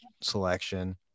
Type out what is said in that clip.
selection